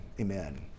Amen